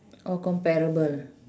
oh comparable